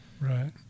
Right